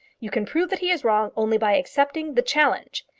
you can prove that he is wrong only by accepting the challenge.